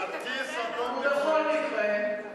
ובכל מקרה,